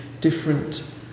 different